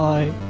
Bye